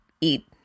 eat